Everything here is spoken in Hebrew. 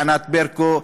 ענת ברקו,